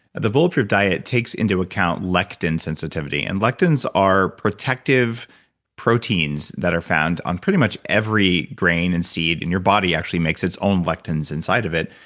the bulletproof diet takes into account lectins sensitivity. and lectins are protective proteins that are found on pretty much every grain and seed. and your body actually makes its own lectins inside of it.